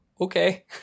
Okay